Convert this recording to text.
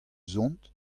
zont